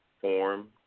form